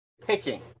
picking